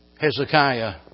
Hezekiah